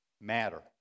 matter